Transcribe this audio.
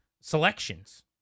selections